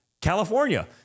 California